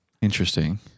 Interesting